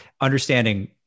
understanding